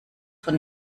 von